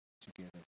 together